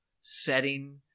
setting